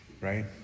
right